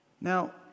Now